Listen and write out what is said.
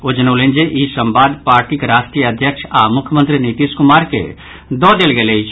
ओ जनौलनि जे ई संवाद पार्टीक राष्ट्रीय अध्यक्ष आओर मुख्यमंत्री नीतीश कुमार के दऽ देल गेल अछि